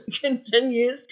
continues